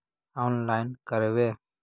Online करवे?